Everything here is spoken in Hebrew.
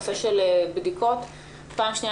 נושא הבדיקות; דבר שני,